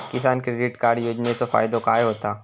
किसान credit card योजनेचो फायदो काय होता?